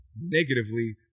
negatively